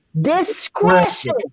discretion